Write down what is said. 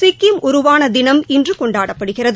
சிக்கிம் உருவான தினம் இன்று கொண்டாடப்படுகிறது